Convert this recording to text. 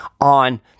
on